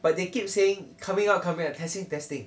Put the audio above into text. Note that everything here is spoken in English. but they keep saying coming out coming out testing testing